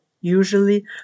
usually